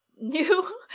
New